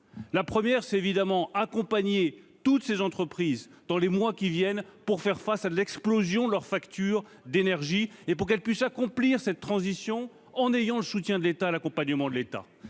la première c'est évidemment accompagné toutes ces entreprises dans les mois qui viennent pour faire face à l'explosion leur facture d'énergie et pour qu'elle puisse accomplir cette transition en ayant le soutien de l'État à l'accompagnement de l'État